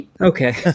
Okay